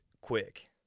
quick